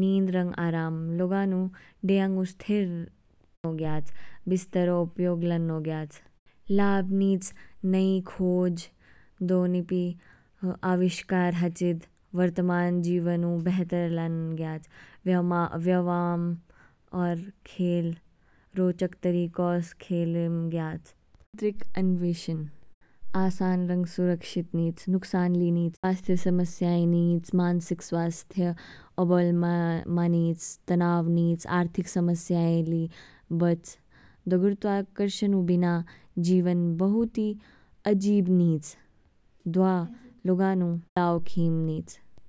नींद रंग आराम, लोगानु डियांगु स्थिर नोग्याच बिस्तर ओ उपयोग लोन ग्याच, लाभ नीच। नई खोज, दोनिपी आविष्कार हचिद, वर्तमान जीवनु बेहतर लांन ग्याच। व्याम और खेल रोचक तरीकोस खेलम ग्याच। आंतरिक अन्वेषण, आसान रंग सुरक्षित नीच, नुकसान ली नीच, स्वास्थ्य समस्याएं ली नीच, मानसिक स्वास्थ्य अबोल मानिच, तनाव नीच, आर्थिक समस्याए ली बच। दो गुरुत्वाकर्षण ऊ बिना जीवन बहुत ही अजीब नीच। स दवा लोगा नू खीम नीच।